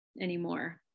anymore